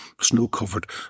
snow-covered